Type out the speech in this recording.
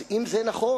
אז אם זה נכון,